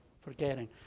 forgetting